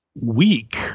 weak